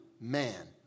man